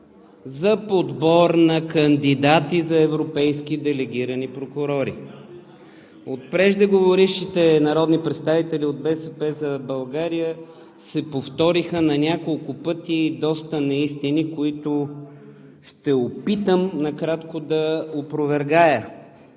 за подбор на кандидати за европейски делегирани прокурори. От преждеговорившите народни представители от „БСП за България“ на няколко пъти се повториха доста неистини, които ще опитам накратко да опровергая.